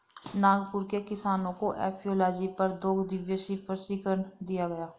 नागपुर के किसानों को एपियोलॉजी पर दो दिवसीय प्रशिक्षण दिया गया